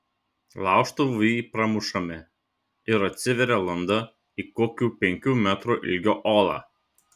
laužtuvu jį pramušame ir atsiveria landa į kokių penkių metrų ilgio olą